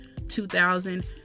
2,000